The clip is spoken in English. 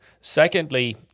Secondly